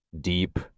deep